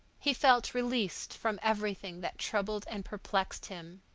he felt released from everything that troubled and perplexed him.